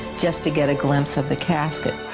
just to get a glimpse of the casket.